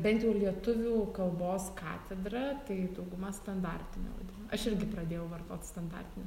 bent jau lietuvių kalbos katedra tai dauguma standartine vadina aš irgi pradėjau vartot standartinė